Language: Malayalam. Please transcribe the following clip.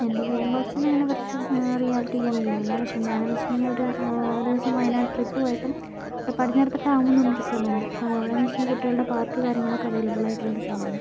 എൻ്റെ ഗെയിം ബോക്സിൽ ഇങ്ങനെ വെർച്വൽ റിയാലിറ്റി ഗെയിമിങ്ങില്ല പക്ഷേ ഞാനെന്നു വെച്ചിട്ടുണ്ടെങ്കിൽ അവർ ഒരു ദിവസം വയനാട് ട്രിപ്പ് പോയപ്പം അവിടെ പടിഞ്ഞാറത്തറ ഡാം എന്നൊരു സ്ഥലമുണ്ട് അപ്പോൾ അവിടെ നിന്നു വെച്ചിട്ടുണ്ടെങ്കിൽ കുട്ടികളുടെ പാർക്ക് കാര്യങ്ങളൊക്കെ അവൈലബിൾ ആയിട്ടുള്ളൊരു സ്ഥലമാണ്